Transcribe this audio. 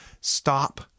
Stop